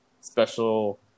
special